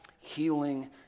healing